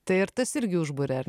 tai ir tas irgi užburia ar